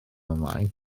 ymlaen